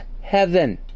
heaven